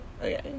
Okay